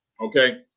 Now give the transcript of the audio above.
okay